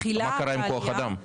מה קרה עם כוח האדם?